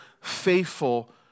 faithful